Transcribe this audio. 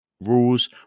rules